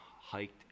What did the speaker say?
hiked